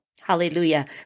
hallelujah